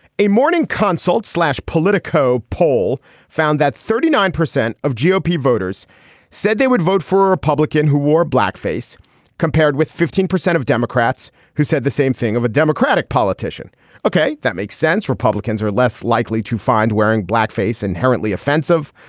a morning consult slash politico poll found that thirty nine percent of gop ah voters said they would vote for a republican who wore blackface compared with fifteen percent of democrats who said the same thing of a democratic politician ok that makes sense republicans are less likely to find wearing blackface inherently offensive.